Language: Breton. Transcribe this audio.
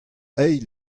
eil